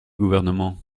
gouvernement